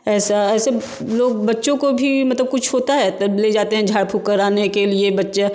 ऐसा ऐसे लोग बच्चों को भी मतलब कुछ होता है तब ले जाते हैं जाड़ फूँक कराने के लिए बच्चे